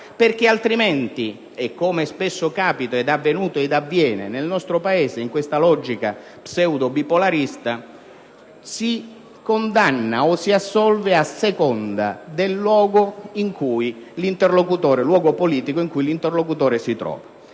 Altrimenti, come spesso è avvenuto ed avviene nel nostro Paese in questa logica pseudobipolarista, si condanna o si assolve a seconda del luogo politico in cui l'interlocutore si trova.